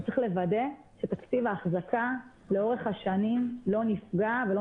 צריך לוודא שתקציב האחזקה לאורך השנים לא נפגע ולא